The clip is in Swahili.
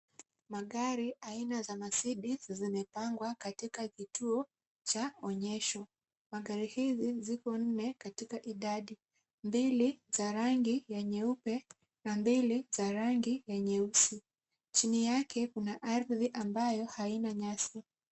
Magari aina za Mercedes zimepangwa katika kituo cha onyesho. Magari hizi ziko nne katika idadi. Mbili za rangi ya nyeupe na mbili za rangi ya nyeusi. Chini yake kuna ardhi ambayo haina nyasi.